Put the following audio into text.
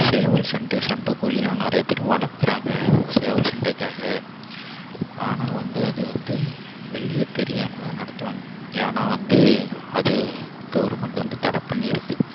சேவல் சண்டை சண்டக்கோழியெலாம் நிறைய பேர் வளர்க்குறாங்க சேவல் சண்டைக்காக ஆனால் வந்து அது வந்து வெளியே தெரியாமல்தான் நடத்துவாங்க ஏன்னால் வந்து அது கவுர்மெண்ட் வந்து தடை பண்ணி இருக்குது